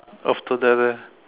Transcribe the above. after that leh